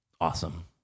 Awesome